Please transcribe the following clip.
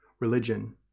religion